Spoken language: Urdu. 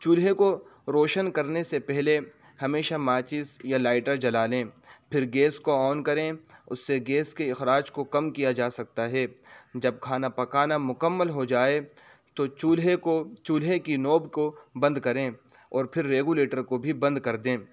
چولہے کو روشن کرنے سے پہلے ہمیشہ ماچس یا لائٹر جلا لیں پھر گیس کو آن کریں اس سے گیس کے اخراج کو کم کیا جا سکتا ہے جب کھانا پکانا مکمل ہو جائے تو چولہے کو چولہے کی نوب کو بند کریں اور پھر ریگولیٹر کو بھی بند کر دیں